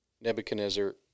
Nebuchadnezzar